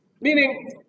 Meaning